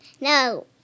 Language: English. No